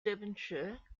derbyshire